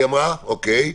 אוקיי.